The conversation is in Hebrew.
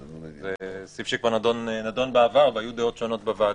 זה סעיף שכבר נדון בעבר והיו דעות שונות בוועדה.